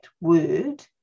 word